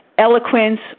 eloquence